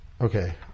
Okay